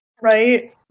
Right